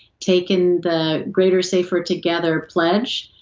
take in the greater safer together planche.